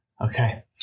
Okay